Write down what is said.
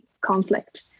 conflict